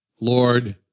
Lord